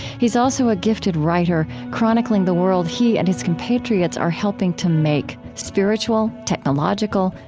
he's also a gifted writer, chronicling the world he and his compatriots are helping to make spiritual, technological,